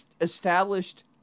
established